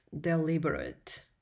deliberate